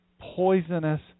poisonous